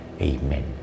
amen